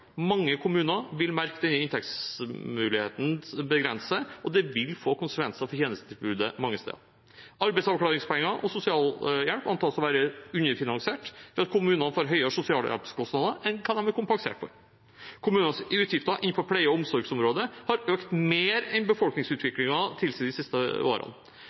Mange kommuner vil merke at denne inntektsmuligheten begrenses, og det vil få konsekvenser for tjenestetilbudet mange steder. Arbeidsavklaringspenger og sosialhjelp antas å være underfinansiert ved at kommunene får høyere sosialhjelpskostnader enn de er kompensert for. Kommunenes utgifter innenfor pleie- og omsorgsområdet har økt mer enn befolkningsutviklingen tilsier de siste årene.